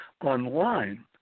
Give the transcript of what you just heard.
online